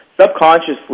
subconsciously